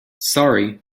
sorry